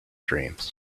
dreams